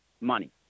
money